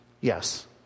Yes